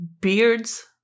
beards